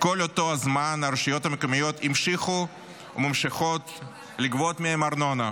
כל אותו הזמן הרשויות המקומיות המשיכו וממשיכות לגבות מהם ארנונה.